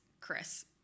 Chris